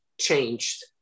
changed